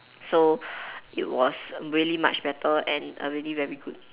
so it was really much better and a really very good